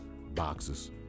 boxes